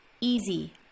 easy